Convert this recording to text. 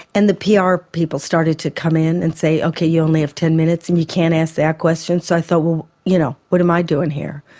and the pr people started to come in and say okay you only have ten minutes and you can't ask that question so i though well you know, what am i doing here,